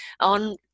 on